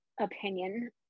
opinion –